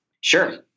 Sure